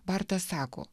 bartas sako